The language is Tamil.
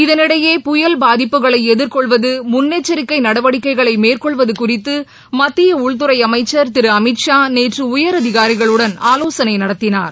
இதனிடையே புயல் பாதிப்புகளை எதிர்கொள்வது முன்னெச்சரிக்கை நடவடிக்கைகளை மேற்கொள்வதுகுறித்து மத்திய உள்துறை அமைச்சர் திரு அமித் உயரதிகாரிகளுடன் ஆலோசனை நடத்தினார்